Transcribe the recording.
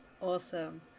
awesome